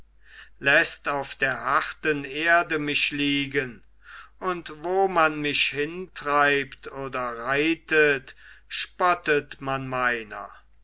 läßt auf der harten erde mich liegen und wo man mich hintreibt oder reitet spottet man meiner